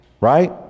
right